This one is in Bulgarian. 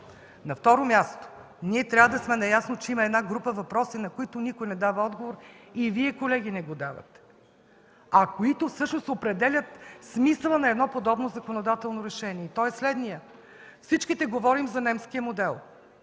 На второ място, трябва да сме наясно, че има група въпроси, на които никой не дава отговор – и Вие, колеги, не го давате – които всъщност определят смисъла на подобно законодателно решение. Той е следният: всички говорим за немския модел